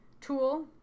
tool